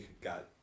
got